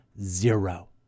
zero